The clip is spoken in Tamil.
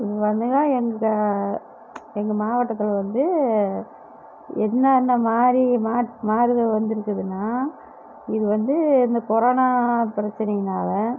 இங்கே வந்துங்க எங்கள் எங்கள் மாவட்டத்தில் வந்து என்னென்ன மாதிரி மா மாறுதல் வந்துருக்குதுன்னா இது வந்து இந்த கொரோனா பிரச்சனையினால்